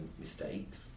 mistakes